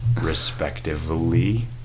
respectively